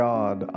God